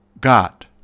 got